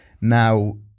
Now